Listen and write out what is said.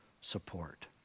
support